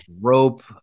rope